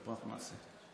פה נעשה.